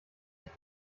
sich